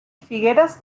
figueres